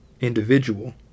individual